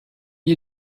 you